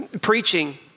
preaching